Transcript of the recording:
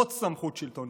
עוד סמכות שלטונית,